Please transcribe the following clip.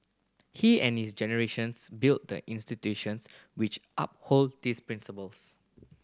he and his generations built the institutions which uphold these principles